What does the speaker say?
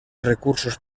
recursos